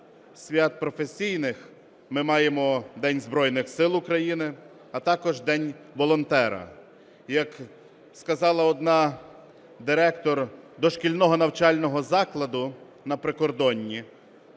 свят професійних, ми маємо День Збройних Сил України, а також День волонтера. І як сказала одна директор дошкільного навчального закладу на прикордонні,